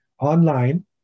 online